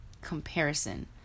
comparison